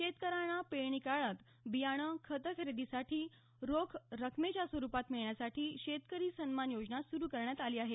शेतकऱ्यांना पेरणी काळात बियाणं खतं खरेदीसाठी रोख रकमेच्या स्वरुपात मिळण्यासाठी शेतकरी सन्मान योजना सुरु करण्यात आली आहे